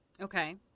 Okay